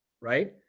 right